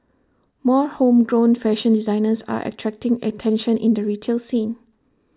more homegrown fashion designers are attracting attention in the retail scene